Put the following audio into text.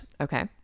Okay